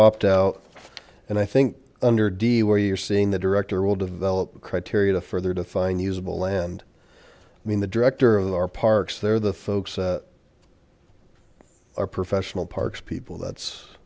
opt out and i think under d c where you're seeing the director will develop criteria to further define usable land i mean the director of our parks there the folks are professional parks people that's